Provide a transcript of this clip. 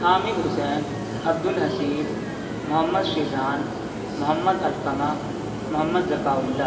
Hamid Hussain Abdulhasib Mohammad Shizan Mohammad Alqama Mohammad Zaka Allah